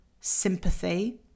sympathy